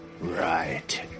Right